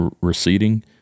receding